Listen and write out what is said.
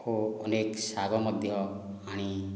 ଓ ଅନେକ ଶାଗ ମଧ୍ୟ ଆଣି